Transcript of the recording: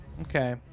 Okay